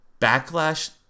backlash